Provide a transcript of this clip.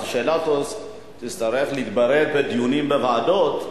תצטרך להתברר בדיונים בוועדות.